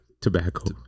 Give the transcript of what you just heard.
tobacco